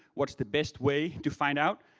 what's the best way to find out?